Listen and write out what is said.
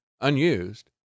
unused